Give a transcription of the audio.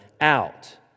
out